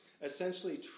Essentially